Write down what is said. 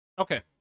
okay